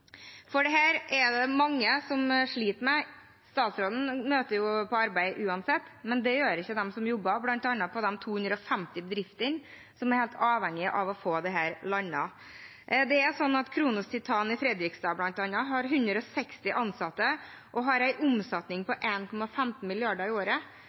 er det mange som sliter med. Statsråden møter på arbeid uansett, men det gjør ikke de ansatte som jobber bl.a. på de 250 bedriftene som er helt avhengig av å få dette landet. Det er slik at Kronos Titan i Fredrikstad, bl.a., har 160 ansatte og en omsetning på 1,15 mrd. kr i året.